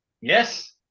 Yes